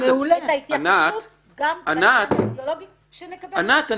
אז תשוו גם בפן האידיאולוגי שנקבל --- ענת,